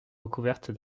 recouverte